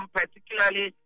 particularly